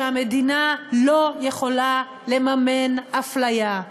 שהמדינה לא יכולה לממן אפליה.